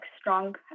strong